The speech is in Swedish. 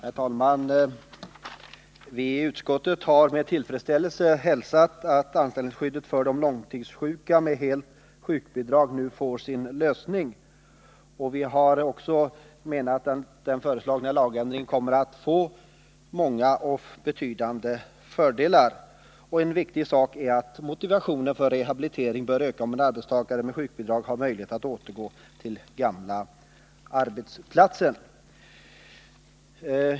Herr talman! Vi i utskottet har med tillfredsställelse hälsat att frågan om anställningsskyddet för de långtidssjuka med helt sjukbidrag nu får sin lösning. Vi har också menat att den föreslagna lagändringen kommer att medföra många och betydande fördelar. En viktig sak är att motivationen för rehabilitering bör öka, om en arbetstagare med sjukbidrag har möjlighet att återgå till den gamla arbetsplatsen.